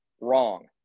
wrong